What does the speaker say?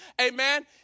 Amen